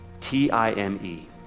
t-i-m-e